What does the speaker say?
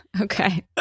Okay